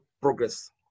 progress